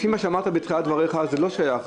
לפי מה שאמרת בתחילת דבריך, זה לא שייך.